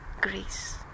Greece